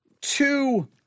two